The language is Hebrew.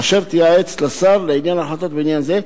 אשר תייעץ לשר לעניין החלטות בעניין זה,